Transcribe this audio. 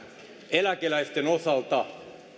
eläkeläisten osalta